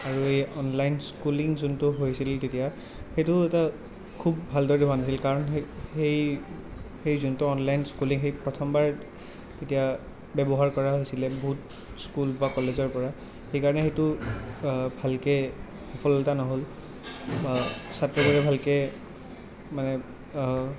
আৰু এই online schooling যোনটো হৈছিল তেতিয়া সেইটো এটা খুব ভালদৰে হোৱা নাছিল কাৰণ সেই সেই সেই যোনটো অনলাইন স্কুলিং সেই প্ৰথমবাৰ তেতিয়া ব্যৱহাৰ কৰা হৈছিলে বহুত স্কুল বা কলেজৰ পৰা সেই কাৰণে সেইটো ভালকৈ সফলতা নহ'ল বা ছাত্ৰ ছাত্ৰীয়ে ভালকৈ মানে